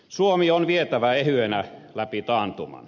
suomi on vietävä ehyenä läpi taantuman